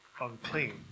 unclean